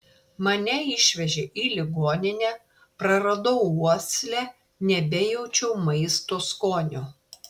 mane išvežė į ligoninę praradau uoslę nebejaučiau maisto skonio